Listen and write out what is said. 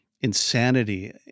insanity